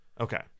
Okay